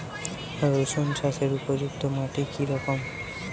রুসুন চাষের উপযুক্ত মাটি কি রকম?